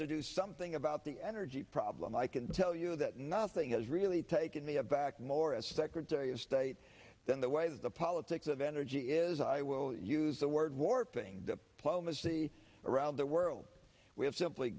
to do something about the energy problem i can tell you that nothing has really taken me aback more as secretary of state than the way that the politics of energy is i will use the word warping diplomacy around the world we have simply